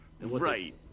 right